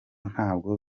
ntabwo